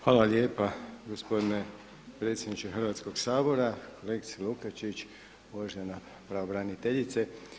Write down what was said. Hvala lijepa gospodine predsjedniče Hrvatskog sabora, kolegice Lukačić, uvažena pravobraniteljice.